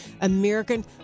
American